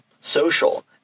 social